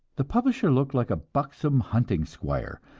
the publisher looked like a buxom hunting squire,